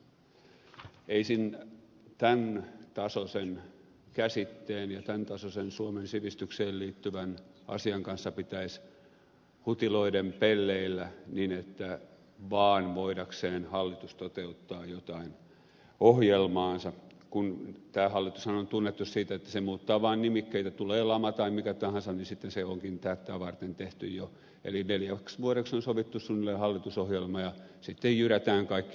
mutta ei tämäntasoisen käsitteen ja tämäntasoisen suomen sivistykseen liittyvän asian kanssa pitäisi hutiloiden pelleillä niin että hallitus tekee näin vaan voidakseen toteuttaa jotain ohjelmaansa tämä hallitushan on tunnettu siitä että se muuttaa vaan nimikkeitä tulee lama tai mikä tahansa niin sitten se onkin tätä varten tehty jo eli neljäksi vuodeksi on sovittu suunnilleen hallitusohjelma ja sitten jyrätään kaikki läpi